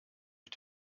mit